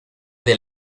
del